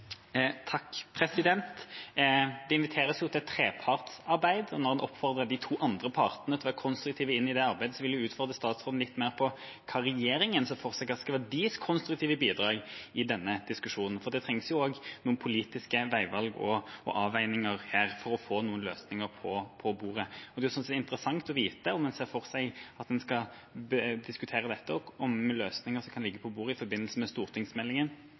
Det inviteres til trepartssamarbeid, og når man oppfordrer de to andre partene til å være konstruktive i det arbeidet, vil jeg utfordre statsråden litt mer på hva regjeringen ser for seg skal være deres konstruktive bidrag i den diskusjonen, for det trengs også noen politiske veivalg og avveininger for å få noen løsninger på bordet. Det er interessant å vite om en ser for seg at en skal diskutere dette og komme med løsninger som skal ligge på bordet i forbindelse med stortingsmeldingen